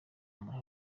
muri